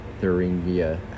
Thuringia